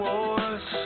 Wars